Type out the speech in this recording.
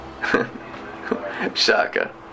Shaka